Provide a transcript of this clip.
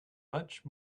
much